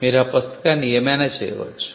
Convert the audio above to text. ఇప్పుడు మీరు ఆ పుస్తకాన్ని ఏమైనా చేయవచ్చు